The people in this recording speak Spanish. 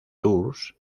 tours